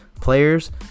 players